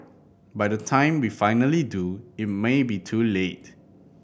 by the time we finally do it may be too late